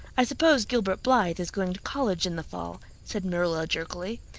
i suppose gilbert blythe is going to college in the fall, said marilla jerkily.